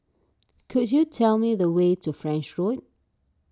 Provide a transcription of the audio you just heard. could you tell me the way to French Road